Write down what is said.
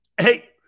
Hey